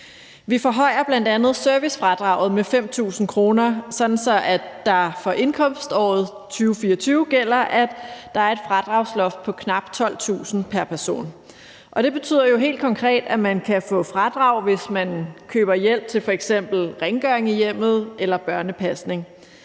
Vi forhøjer bl.a. servicefradraget med 5.000 kr., sådan at det for indkomståret 2024 gælder, at der er et fradragsloft på knap 12.000 kr. pr. person. Det betyder jo helt konkret, at man kan få fradrag, hvis man køber hjælp til f.eks. rengøring i hjemmet eller børnepasning.